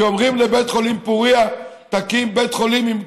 כי אומרים לבית חולים פוריה: תקים בית חולים עם תרומות,